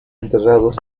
enterrados